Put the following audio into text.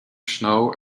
snow